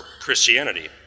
Christianity